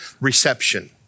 reception